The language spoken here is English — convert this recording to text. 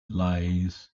lies